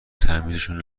تمیزشون